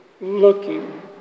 looking